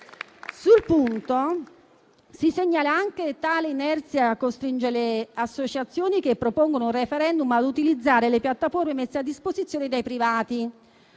Sul punto si segnala anche che tale inerzia costringe le associazioni che propongono un *referendum* a utilizzare le piattaforme messe a disposizione dai privati.